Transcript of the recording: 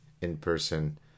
in-person